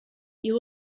you